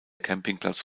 campingplatz